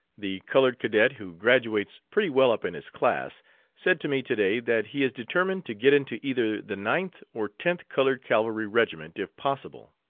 the colored cadet, who graduates pretty well up in his class said to me to-day that he is determined to get into either the ninth or tenth colored cavalry regiment if possible.